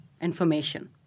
information